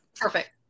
Perfect